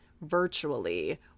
virtually